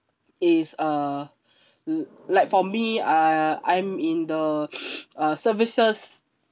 is uh li~ like for me uh I'm in the uh services